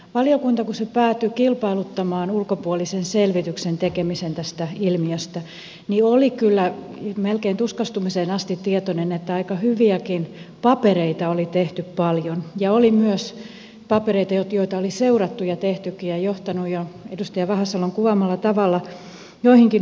valiokunta kun se päätyi kilpailuttamaan ulkopuolisen selvityksen tekemisen tästä ilmiöstä oli kyllä melkein tuskastumiseen asti tietoinen että aika hyviäkin papereita oli tehty paljon ja oli myös papereita joita oli seurattu ja joiden mukaan oli tehtykin ja jotka olivat johtaneet jo edustaja vahasalon kuvaamalla tavalla joihinkin uudistuksiin